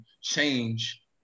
change